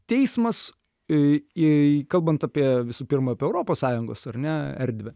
teismas į ei kalbant apie visų pirma apie europos sąjungos ar ne erdvę